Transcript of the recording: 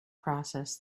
process